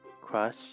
crush